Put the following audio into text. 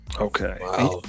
Okay